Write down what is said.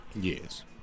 Yes